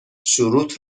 شروط